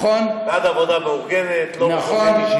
אני הייתי בעד עבודה מאורגנת, נכון.